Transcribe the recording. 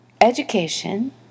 education